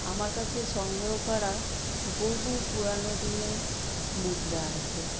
আমার কাছে সংগ্রহ করা বহু পুরানো দিনের মুদ্রা আছে